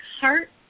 heart